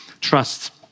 trust